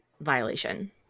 violation